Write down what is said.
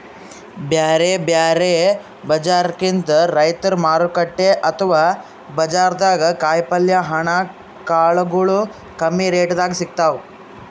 ಬ್ಯಾರೆ ಬಜಾರ್ಕಿಂತ್ ರೈತರ್ ಮಾರುಕಟ್ಟೆ ಅಥವಾ ಬಜಾರ್ದಾಗ ಕಾಯಿಪಲ್ಯ ಹಣ್ಣ ಕಾಳಗೊಳು ಕಮ್ಮಿ ರೆಟೆದಾಗ್ ಸಿಗ್ತಾವ್